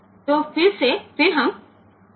તેથી પછી આપણે તે db 4 પર જઈશું